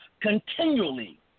continually